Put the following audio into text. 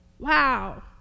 Wow